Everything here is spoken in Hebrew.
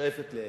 שואפת לאפס.